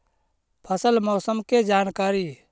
फसल मौसम के जानकारी?